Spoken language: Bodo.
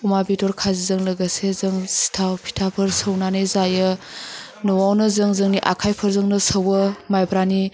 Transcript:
अमा बेदर खाजिजों लोगोसे जों सिथाव फिथाफोर सौनानै जायो नआवनो जों जोंनि आखायफोरजोंनो सौवो माइब्रानि